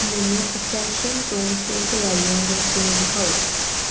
ਮੈਨੂੰ ਅਸੈਸ਼ਨ ਤੋਂ ਛੋਟ ਵਾਲੀਆਂ ਵਸਤੂਆਂ ਦਿਖਾਓ